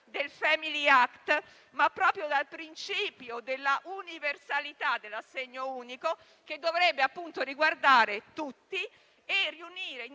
del *family act*, ma proprio dal principio della universalità dell'assegno unico, che dovrebbe appunto riguardare tutti e riunire, in